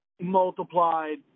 multiplied